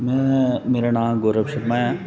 में मेरा नांऽ गौरव शर्मा ऐ